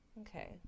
Okay